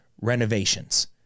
renovations